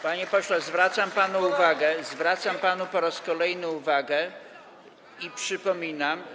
Panie pośle, zwracam panu uwagę - zwracam panu po raz kolejny uwagę - i przypominam.